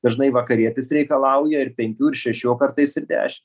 dažnai vakarietis reikalauja ir penkių ir šešių o kartais ir dešimt